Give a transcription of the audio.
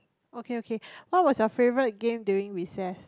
okay okay what was your favourite game during recess